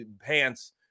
pants